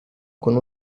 con